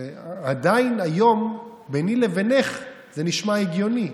עדיין היום ביני לבינך זה נשמע הגיוני,